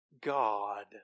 God